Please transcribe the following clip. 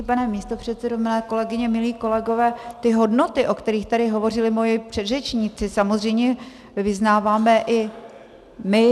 Vážený pane místopředsedo, milé kolegyně, milí kolegové, ty hodnoty, o kterých tady hovořili moji předřečníci, samozřejmě vyznáváme i my.